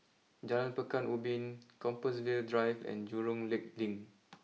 Jalan Pekan Ubin Compassvale Drive and Jurong Lake Link